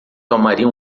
tomaria